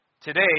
Today